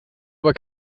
aber